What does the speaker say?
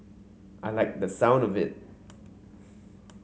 I liked the sound of it